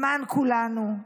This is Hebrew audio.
למען כולנו,